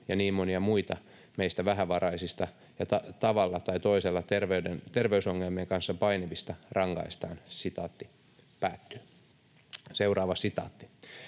ja niin monia muita meistä vähävaraisista ja tavalla tai toisella terveysongelmien kanssa painivista — rankaistaan.” ”Meidän